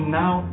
now